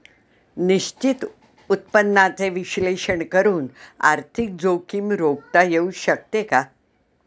निश्चित उत्पन्नाचे विश्लेषण करून आर्थिक जोखीम रोखता येऊ शकते का?